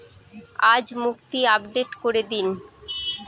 আজ মুক্তি আপডেট করে দিন